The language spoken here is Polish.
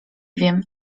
wiem